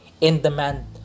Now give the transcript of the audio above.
in-demand